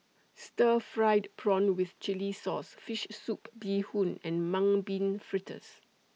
Stir Fried Prawn with Chili Sauce Fish Soup Bee Hoon and Mung Bean Fritters